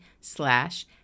slash